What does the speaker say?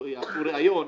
עשו ראיון,